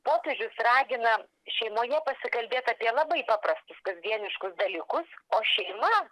popiežius ragina šeimoje pasikalbėti apie labai paprastus kasdieniškus dalykus o šeima